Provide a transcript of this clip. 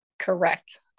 Correct